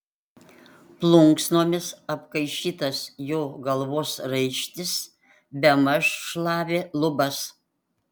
plunksnomis apkaišytas jo galvos raištis bemaž šlavė lubas